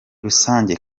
rusange